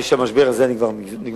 המשבר הזה היה נגמר מזמן.